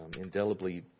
indelibly